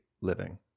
living